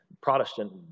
Protestant